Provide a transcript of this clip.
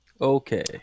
Okay